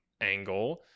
angle